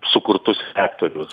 sukurtus reaktorius